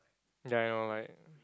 ya I know like